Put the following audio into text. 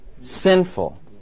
Sinful